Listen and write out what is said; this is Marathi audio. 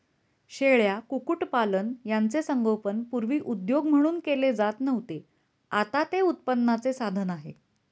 शेळ्या, कुक्कुटपालन यांचे संगोपन पूर्वी उद्योग म्हणून केले जात नव्हते, आता ते उत्पन्नाचे साधन आहे